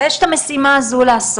ויש את המשימה הזו לעשות.